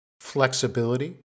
flexibility